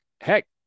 Heck